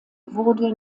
wurde